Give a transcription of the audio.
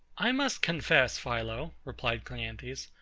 i must confess, philo, replied cleanthes,